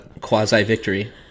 quasi-victory